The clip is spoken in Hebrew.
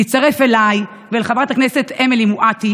להצטרף אליי ואל חברת הכנסת אמילי מואטי